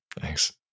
Thanks